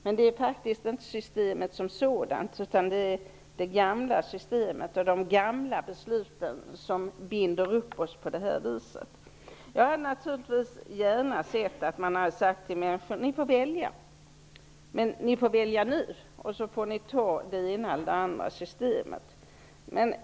Men det beror inte på systemet som sådant, utan det är det gamla systemet och de gamla besluten som binder upp oss på det här viset. Jag hade naturligtvis gärna sett att man kunde säga till människor att de får välja det ena eller det andra systemet nu.